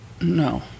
No